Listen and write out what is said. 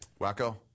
Wacko